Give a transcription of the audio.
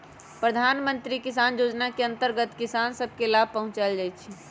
प्रधानमंत्री किसान जोजना के अंतर्गत किसान सभ के लाभ पहुंचाएल जाइ छइ